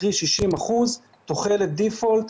קרי 60% תוחלת דיפולט.